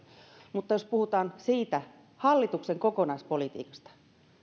mutta jos puhutaan siitä hallituksen kokonaispolitiikasta